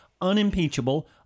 unimpeachable